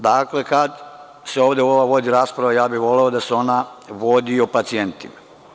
Dakle, kad se ovde vodi rasprava, ja bih voleo da se ona vodi o pacijentima.